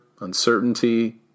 uncertainty